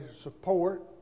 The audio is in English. support